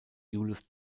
julius